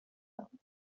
werden